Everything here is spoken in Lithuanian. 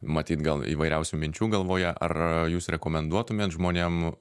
matyt gal įvairiausių minčių galvoje ar jūs rekomenduotumėt žmonėm